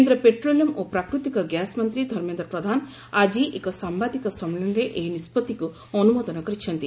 କେନ୍ଦ୍ର ପେଟ୍ରୋଲିୟମ ଓ ପ୍ରାକୃତିକ ଗ୍ୟାସ୍ ମନ୍ତ୍ରୀ ଧର୍ମେନ୍ଦ୍ର ପ୍ରଧାନ ଆଜି ଏକ ସାମ୍ଭାଦିକ ସମ୍ମିଳନୀରେ ଏହି ନିଷ୍କଭିକ୍ ଅନ୍ଦ୍ରମୋଦନ କରିଛନ୍ତି